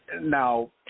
Now